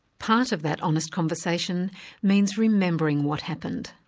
part of that honest conversation means remembering what happened,